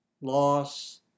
loss